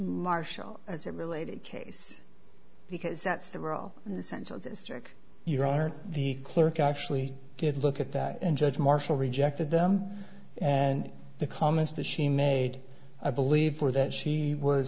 marshall as a related case because that's the role and the central district your honor the clerk actually did look at that and judge marshall rejected them and the comments that she made i believe four that she was